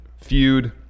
feud